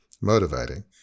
motivating